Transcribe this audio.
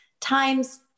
times